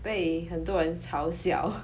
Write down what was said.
被很多人嘲笑